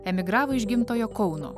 emigravo iš gimtojo kauno